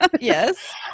Yes